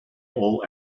all